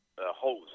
hose